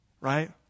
right